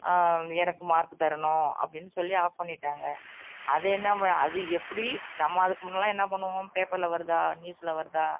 எனக்கு மார்க்கு தரணும் அப்படின்னு சொல்லி ஆஃப் பண்ணிவிட்டாங்க அது என்னாமும் அது எப்படி நம்ம அதுக்கு முன்னெல்லாம் என்ன பண்ணுவோம் பேப்பரில் வருதா நியூஸில் வருதா